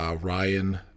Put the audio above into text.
Ryan